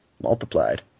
multiplied